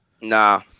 nah